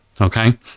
Okay